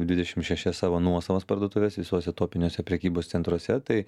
dvidešim šešias savo nuosavas parduotuves visuose topiniuose prekybos centruose tai